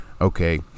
Okay